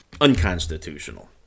unconstitutional